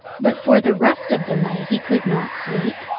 but for the rest of the night he could not sleep,